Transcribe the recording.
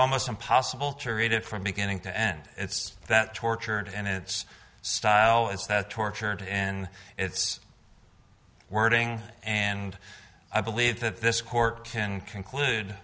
almost impossible to read it from beginning to end it's that tortured and its style is that tortured in its wording and i believe that this court can conclude